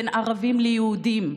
בין ערבים ליהודים.